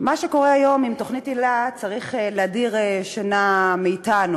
שמה שקורה היום עם תוכנית היל"ה צריך להדיר שינה מעינינו,